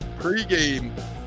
pregame